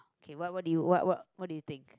okay what what do you what what what do you think